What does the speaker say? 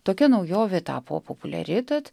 tokia naujovė tapo populiari tad